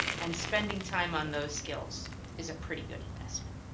and spending time on those skills is a pretty good investment.